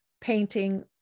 painting